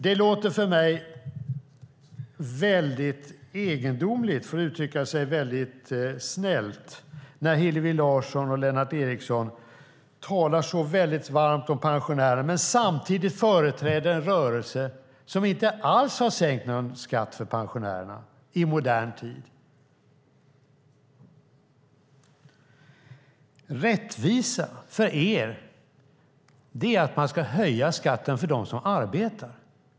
Det låter för mig väldigt egendomligt, för att uttrycka sig snällt, när Hillevi Larsson och Lennart Axelsson talar så väldigt varmt om pensionärer men samtidigt företräder en rörelse som inte alls har sänkt någon skatt för pensionärerna i modern tid. Rättvisa för er är att man ska höja skatten för dem som arbetar.